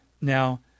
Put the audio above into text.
Now